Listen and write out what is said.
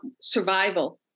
survival